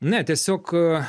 ne tiesiog